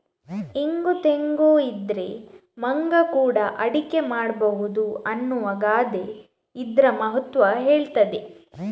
ಇಂಗು ತೆಂಗು ಇದ್ರೆ ಮಂಗ ಕೂಡಾ ಅಡಿಗೆ ಮಾಡ್ಬಹುದು ಅನ್ನುವ ಗಾದೆ ಇದ್ರ ಮಹತ್ವ ಹೇಳ್ತದೆ